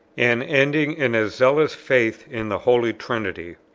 and ending in a zealous faith in the holy trinity.